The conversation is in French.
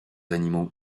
animaux